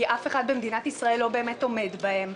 אף אחד במדינת ישראל לא באמת עומד בהן.